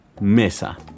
mesa